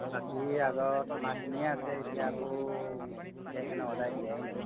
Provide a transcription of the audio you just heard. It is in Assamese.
বাকী আগত অনাখিনিয়ে আছে এতিয়া আকৌ এতিয়া সেইকাৰণে অৰ্ডাৰ দিয়াই নাই